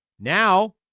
Now